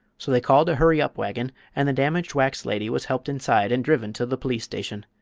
so they called a hurry-up wagon, and the damaged wax lady was helped inside and driven to the police station.